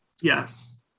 Yes